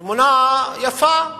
תמונה יפה.